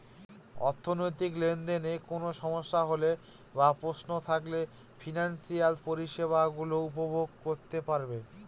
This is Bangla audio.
অর্থনৈতিক লেনদেনে কোন সমস্যা হলে বা প্রশ্ন থাকলে ফিনান্সিয়াল পরিষেবা গুলো উপভোগ করতে পারবো